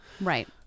right